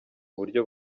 buryo